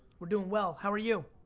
we're doing well, how are you?